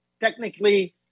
technically